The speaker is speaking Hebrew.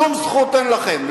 שום זכות אין לכם.